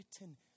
written